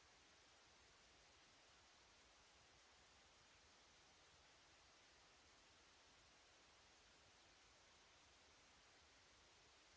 Grazie